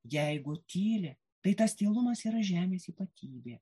jeigu tyli tai tas tylumas yra žemės ypatybė